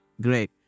Great